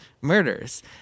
murders